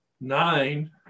nine